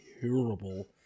terrible